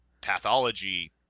pathology